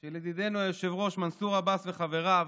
של ידידנו היושב-ראש מנסור עבאס וחבריו,